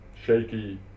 shaky